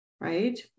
Right